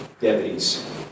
deputies